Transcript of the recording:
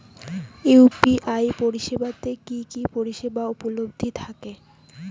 UPI পরিষেবা তে কি কি পরিষেবা উপলব্ধি থাকে?